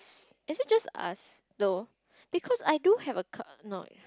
is it just us though because I do have a no